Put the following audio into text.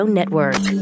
Network